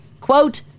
quote